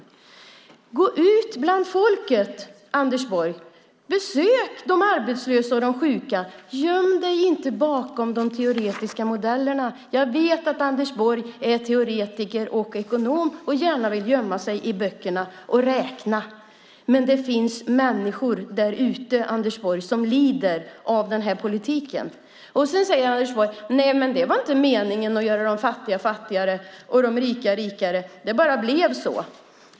Gå ut bland folket, Anders Borg. Besök de arbetslösa och sjuka. Göm dig inte bakom de teoretiska modellerna. Jag vet att Anders Borg är teoretiker och ekonom och gärna vill gömma sig i böckerna och räkna, men det finns människor där ute, Anders Borg, som lider av den förda politiken. Sedan säger Anders Borg att det inte var meningen att göra de fattiga fattigare och de rika rikare. Det bara blev så.